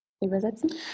Übersetzen